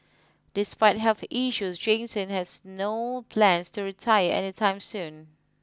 despite health issues Jansen has no plans to retire any time soon